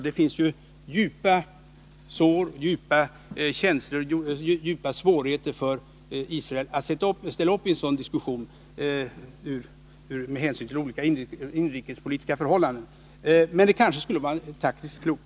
Det finns ju djupa sår, djupa känslor, stora svårigheter för israelerna att ställa upp i en sådan diskussion med hänsyn till olika inrikespolitiska förhållanden. Men det kanske skulle vara taktiskt klokt.